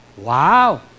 Wow